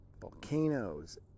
Volcanoes